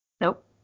Nope